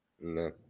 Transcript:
No